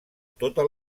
tota